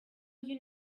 you